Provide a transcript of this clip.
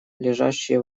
лежащие